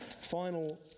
final